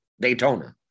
Daytona